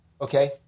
okay